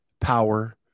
power